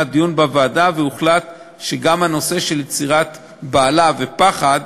היה דיון בוועדה והוחלט שגם הנושא של יצירת בהלה ופחד,